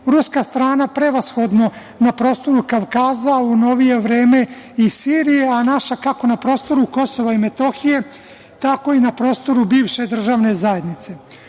Ruska strana prevashodno na prostoru Kavkaza u novije vreme i Sirija, a naša kako na prostoru Kosova i Metohije, tako i na prostoru bivše državne zajednice. Ovom